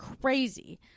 crazy